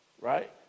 Right